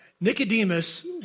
Nicodemus